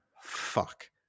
fuck